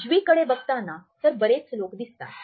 उजवीकडे बघताना तर बरेच लोक दिसतात